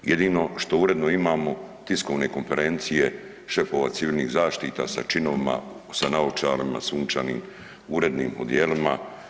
Jedino što uredno imamo tiskovne konferencije šefova Civilnih zaštita sa činovima, sa naočalama sunčanim, urednim odijelima.